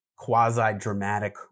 quasi-dramatic